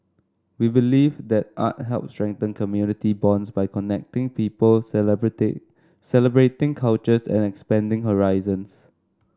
we believe that art helps strengthen community bonds by connecting people celebrated celebrating cultures and expanding horizons